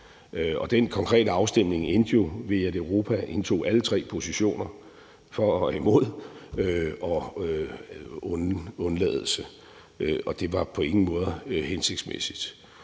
Den konkrete afstemning endte jo ved, at Europa indtog alle tre positioner – for, imod og undlod at stemme – og det var på ingen måder hensigtsmæssigt.